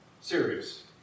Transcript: serious